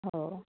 हो